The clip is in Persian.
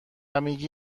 میگی